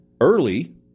early